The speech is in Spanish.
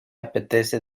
apetece